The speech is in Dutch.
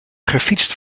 gefietst